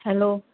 hello